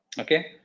Okay